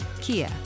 Kia